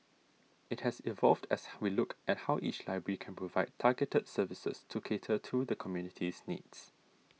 it has evolved as we look at how each library can provide targeted services to cater to the community's needs